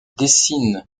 dessine